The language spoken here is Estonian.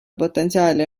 potentsiaali